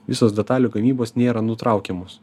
visos detalių gamybos nėra nutraukiamos